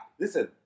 Listen